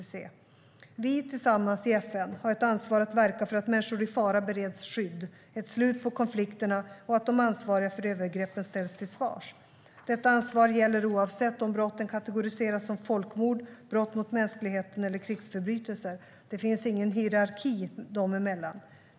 I FN har vi tillsammans ett ansvar för att verka för att människor i fara bereds skydd, att det blir ett slut på konflikterna och att de ansvariga för övergreppen ställs till svars. Detta ansvar gäller oavsett om dessa brott kategoriseras som folkmord, brott mot mänskligheten eller krigsförbrytelser. Det finns ingen hierarki dem emellan.